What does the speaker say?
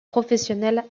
professionnelle